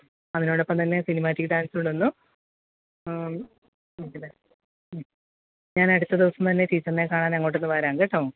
അതിനോടൊപ്പം തന്നെ സിനിമാറ്റിക്ക് ഡാൻസും കൂടെ ഒന്ന് ഞാൻ അടുത്ത ദിവസം തന്നെ ടീച്ചറിനെ കാണാൻ അങ്ങോട്ടൊന്നു വരാം കേട്ടോ